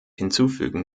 hinzufügen